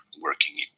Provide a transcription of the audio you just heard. working